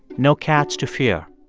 no cats to fear,